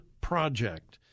Project